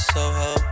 Soho